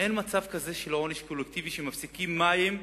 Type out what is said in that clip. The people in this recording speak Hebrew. אין מצב כזה של עונש קולקטיבי שמפסיקים מים,